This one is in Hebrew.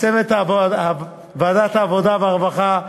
לצוות ועדת העבודה והרווחה,